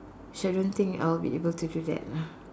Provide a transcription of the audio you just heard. which I don't think I'll be able to do that lah